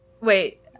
Wait